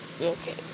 Okay